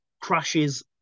crashes